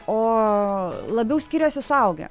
o labiau skiriasi suaugę